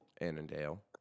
Annandale